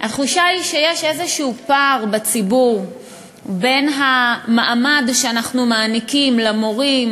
התחושה היא שיש בציבור איזשהו פער בין המעמד שאנחנו מעניקים למורים